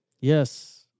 Yes